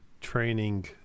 training